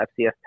FCS